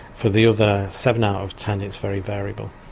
for the other seven out of ten it's very variable.